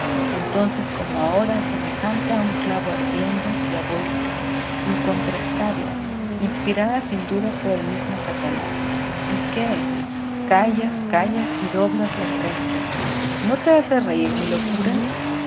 entonces como ahora semejante á un clavo ardiente diabólica incontrastable inspirada sin duda por el mismo satanás y qué callas callas y doblas la frente no te hace reir mi locura